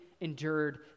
endured